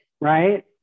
Right